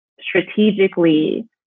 strategically